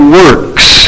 works